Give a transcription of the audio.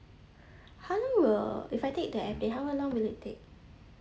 how long will if I take the airplane how long will it take